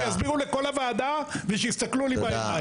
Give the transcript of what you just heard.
ושיסבירו לכל הוועדה ויסתכלו לי בעיניים.